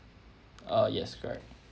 ah yes correct